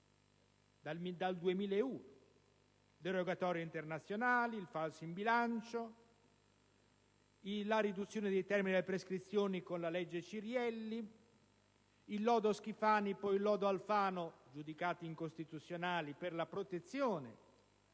dal 2001: le rogatorie internazionali, il falso in bilancio, la riduzione dei termini della prescrizione con la legge Cirielli, il lodo Schifani, poi lodo Alfano, giudicati incostituzionali, per la protezione